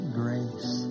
grace